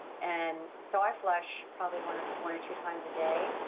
and so i flush probably one or one or two times a day.